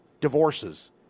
divorces